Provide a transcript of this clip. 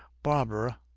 barbara.